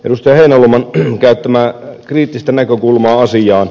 heinäluoman käyttämää kriittistä näkökulmaa asiaan